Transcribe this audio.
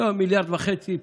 לא 1.5 מיליארד פלוס,